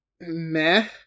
meh